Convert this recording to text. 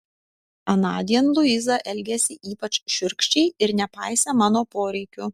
anądien luiza elgėsi ypač šiurkščiai ir nepaisė mano poreikių